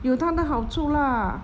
有它的好处 lah